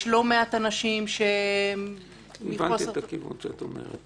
יש לא מעט אנשים -- הבנתי את הכיוון שאת אומרת.